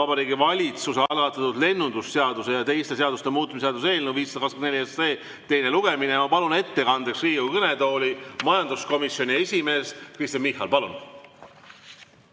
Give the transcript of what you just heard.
Vabariigi Valitsuse algatatud lennundusseaduse ja teiste seaduste muutmise seaduse eelnõu 524 teine lugemine. Ma palun ettekandeks Riigikogu kõnetooli majanduskomisjoni esimehe Kristen Michali. Palun!